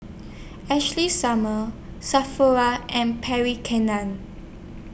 Ashley Summers Sephora and Pierre Ken NAN